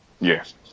Yes